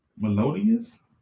Melodious